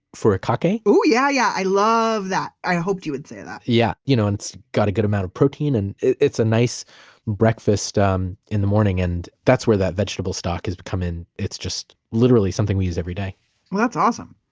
furikake ooh, yeah, yeah, i love that. i hoped you would say that yeah. you know and it's got a good amount of protein. and it's just, it's a nice breakfast um in the morning and that's where that vegetable stock has but come in. it's just literally something we use every day well that's awesome